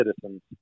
citizens